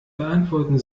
beantworten